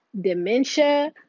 dementia